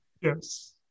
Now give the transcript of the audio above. Yes